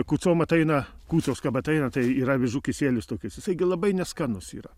kūcom ateina kūcios kap ateina tai yra avižų kisielius tokis jisai gi labai neskanus yra